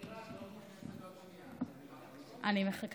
האחרונים אני מתחבטת